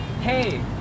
Hey